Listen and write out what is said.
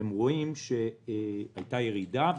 אתם רואים שהייתה ירידה,